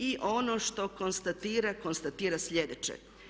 I ono što konstatira, konstatira sljedeće.